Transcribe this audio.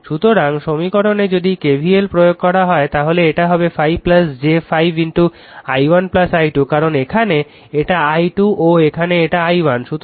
সুতরাং সমীকরণে যদি KVL প্রয়োগ করা হয় তাহলে এটা হবে 5 j 5 i1 i2 কারণ এখানে এটা i2 ও এখানে এটা i1